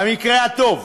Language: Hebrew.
במקרה הטוב.